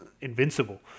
invincible